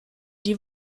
die